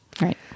Right